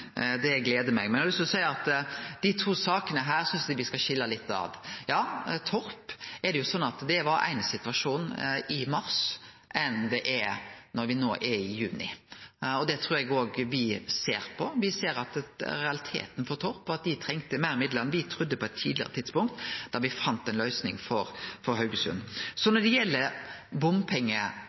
Det gler meg. Eg har lyst til å seie at eg synest me skal skilje dei to sakene. Når det gjeld Torp, var det ein annan situasjon i mars enn det er når me no er i juni. Det trur eg òg me ser på. Me ser at realiteten for Torp er at dei treng meir midlar enn me trudde på eit tidlegare tidspunkt, då me fann ei løysing for Haugesund. Når det gjeld